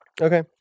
Okay